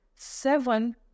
Seven